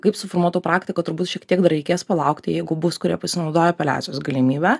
kaip suformuota praktika turbūt šiek tiek dar reikės palaukti jeigu bus kurie pasinaudojo apeliacijos galimybe